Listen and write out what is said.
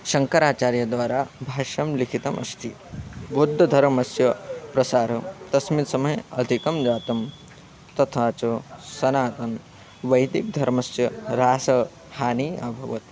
शङ्कराचार्यद्वारा भाष्यं लिखितम् अस्ति बुद्धर्मस्य प्रसारं तस्मिन् समये अधिकं जातं तथा च सनातनः वैदिकः धर्मस्य ह्रासः हानिः अभवत्